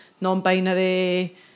non-binary